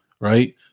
right